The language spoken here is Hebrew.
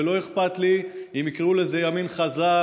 ולא אכפת לי אם יקראו לזה ימין חזק,